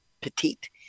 petite